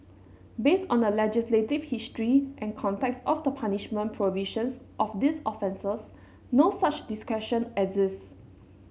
based on the legislative history and context of the punishment provisions of these offences no such discretion exists